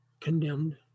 condemned